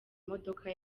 modoka